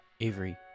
avery